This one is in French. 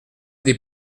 des